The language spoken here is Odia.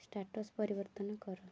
ଷ୍ଟାଟସ୍ ପରିବର୍ତ୍ତନ କର